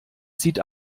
sieht